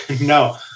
No